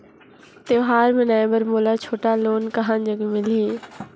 त्योहार मनाए बर मोला छोटा लोन कहां जग मिलही?